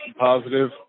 positive